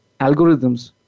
algorithms